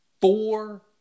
four